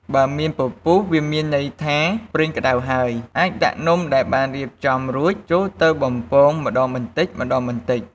បើមានពពុះ វាមានន័យថាប្រេងក្តៅហើយ អាចដាក់នំដែលបានរៀបចំរួចចូលទៅបំពងម្តងបន្តិចៗ។